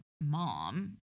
mom